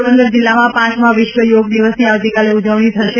પોરબંદર જિલ્લામાં પાંચમા વિશ્વ યોગ દિવસની આવતીકાલે ઉજવણી થનાર છે